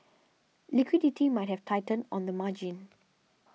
liquidity might have tightened on the margin